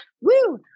Woo